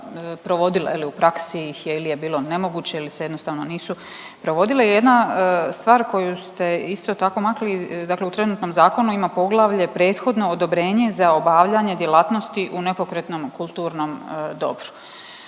provodile je li u praksi ih je ili je bilo nemoguće ili se jednostavno nisu provodile. Jedna stvar koju ste isto tako makli dakle u trenutnom zakonu ima poglavlje prethodno odobrenje za obavljanje djelatnosti u nepokretnom kulturnom dobru.